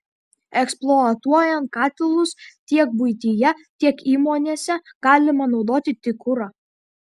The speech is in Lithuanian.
eksploatuojant katilus tiek buityje tiek įmonėse galima naudoti tik kurą